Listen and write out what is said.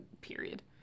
Period